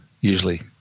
usually